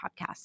podcast